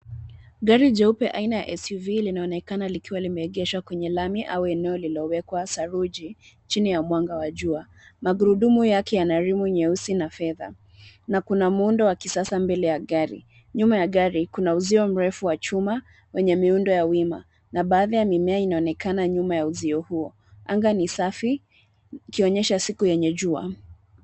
Gari jeupe aina ya SUV, linaonekana likiwa limeegeshwa kwenye lami, au eneo lenye saruji, chin ya mwanga wa jua. Magurudumu yake yana rimu nyeusi na fedha, na kuna muundo wa kisasa mbele ya gari, nyuma ya gari, kuna uzio mrefu wa chuma, wenye miundo ya wima, na baadhi ya mimea inaonekana nyuma ya uzio huo. Anga ni safi, ikionyesha siku yenye jua.